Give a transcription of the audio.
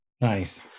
Nice